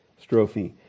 Strophe